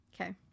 Okay